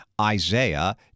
Isaiah